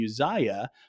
Uzziah